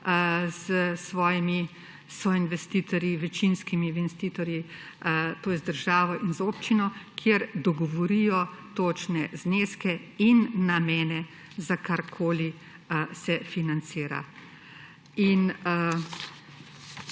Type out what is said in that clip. s svojimi soinvestitorji, večinskimi investitorji, to je z državo in z občino, kjer se dogovorijo za točne zneske in namene, za karkoli se financira. In